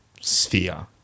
sphere